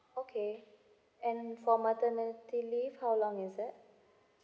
okay and for maternity leave how long is that